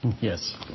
yes